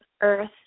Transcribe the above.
earth